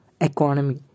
Economy